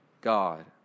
God